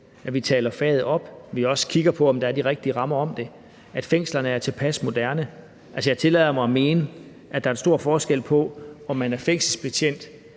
at vi taler faget op, at vi også kigger på, om der er de rigtige rammer omkring det; at fængslerne er tilpas moderne. Altså, jeg tillader mig at mene, at der er en stor forskel på, om man er fængselsbetjent